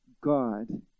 God